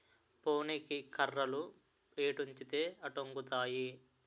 పోనీకి కర్రలు ఎటొంచితే అటొంగుతాయి